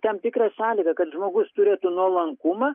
tam tikra sąlyga kad žmogus turėtų nuolankumą